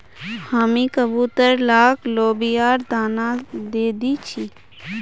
हामी कबूतर लाक लोबियार दाना दे दी छि